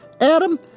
Adam